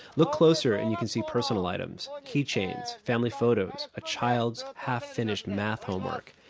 look closer and you can see personal items key chains, family photos, a child's half-finished math homework.